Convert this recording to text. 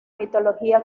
mitología